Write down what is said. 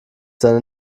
seine